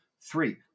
three